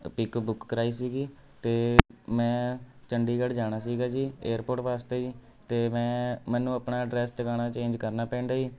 ਪਿੱਕੁ book ਕਰਵਾਈ ਸੀਗੀ ਅਤੇ ਮੈਂ ਚੰਡੀਗੜ੍ਹ ਜਾਣਾ ਸੀਗਾ ਜੀ ਏਅਰਪੋਰਟ ਵਾਸਤੇ ਜੀ ਅਤੇ ਮੈਂ ਮੈਨੂੰ ਆਪਣਾ ਐਡਰੈੱਸ ਟਿਕਾਣਾ ਚੇਂਜ ਕਰਨਾ ਪੈਂਡਿਆ